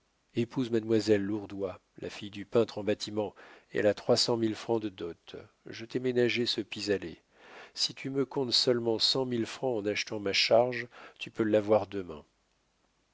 épouse mademoiselle lourdois la fille du peintre en bâtiments elle a trois cent mille francs de dot je t'ai ménagé ce pis-aller si tu me comptes seulement cent mille francs en achetant ma charge tu peux l'avoir demain